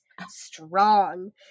strong